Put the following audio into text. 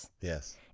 Yes